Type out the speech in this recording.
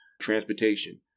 transportation